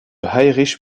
heinrich